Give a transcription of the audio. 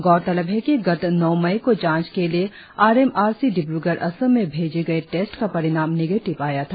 गौरतलब है कि गत नौ मई को जाँच के लिए R M R C Dibrugarh Assam में भेजे गए टेस्ट का परिणाम निगेटीव आया था